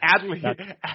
Adley